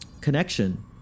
connection